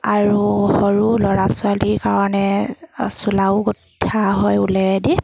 আৰু সৰু ল'ৰা ছোৱালীৰ কাৰণে চোলাও গোঠা হয় ঊলেৰেদি